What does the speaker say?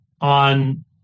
On